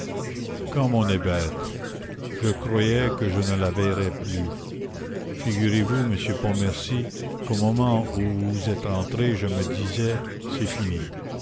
comme on est bête je croyais que je ne la verrais plus figurez-vous monsieur pontmercy qu'au moment où vous êtes entré je me disais c'est fini